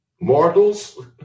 mortals